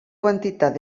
quantitat